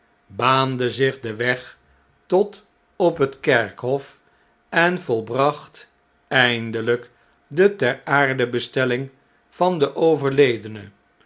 baande zich den weg tot op het kerkhof en volbracht eindeljjk de teraardebestelling van den overledene